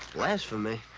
blasphemy.